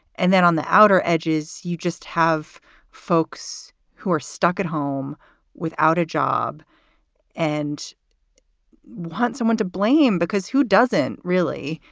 and then on the outer edges, you just have folks who are stuck at home without a job and want someone to blame because who doesn't really.